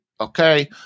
Okay